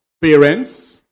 parents